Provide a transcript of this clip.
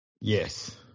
Yes